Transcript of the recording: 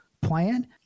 plan